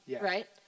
right